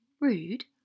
Rude